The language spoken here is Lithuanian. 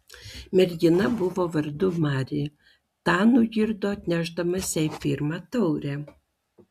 mergina buvo vardu mari tą nugirdo atnešdamas jai pirmą taurę